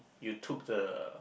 you took the